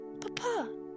Papa